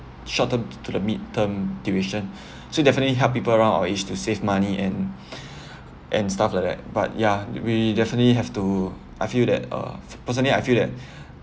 short term to the midterm duration so definitely help people around our age to save money and and stuff like that but yeah we definitely have to I feel that uh personally I feel that